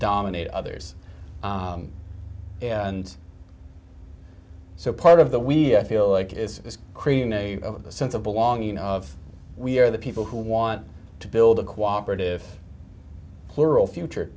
dominate others and so part of the we i feel like is this creating a sense of belonging of we are the people who want to build a cooperate if plural future